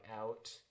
out